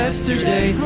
Yesterday